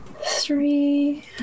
three